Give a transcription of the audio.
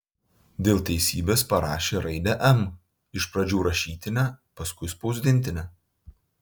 dėl teisybės parašė raidę m iš pradžių rašytinę paskui spausdintinę